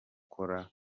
akora